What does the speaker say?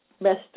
best